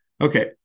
Okay